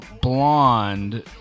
Blonde